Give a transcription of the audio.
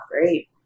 great